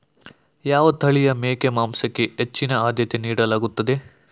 ಯಾವ ತಳಿಯ ಮೇಕೆ ಮಾಂಸಕ್ಕೆ ಹೆಚ್ಚಿನ ಆದ್ಯತೆ ನೀಡಲಾಗುತ್ತದೆ?